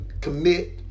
commit